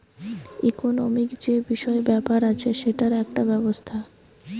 economic যে বিষয় ব্যাপার আছে সেটার একটা ব্যবস্থা